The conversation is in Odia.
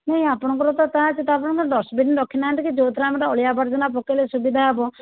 ନାଇଁ ଆପଣଙ୍କର ତ ତା ପାଇଁକା ଡଷ୍ଟବିନ୍ ରଖିନାହାନ୍ତି କି ଯେଉଁଥିରେ ଆମର ଅଳିଆ ଆବର୍ଜନା ପକାଇଲେ ସୁବିଧା ହବ